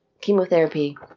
chemotherapy